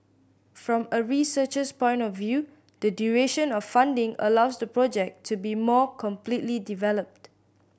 from a researcher's point of view the duration of funding allows the project to be more completely developed